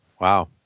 Wow